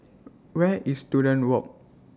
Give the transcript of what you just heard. Where IS Student Walk